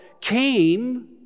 came